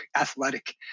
athletic